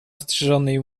ostrzyżonej